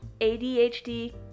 ADHD